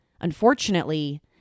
Unfortunately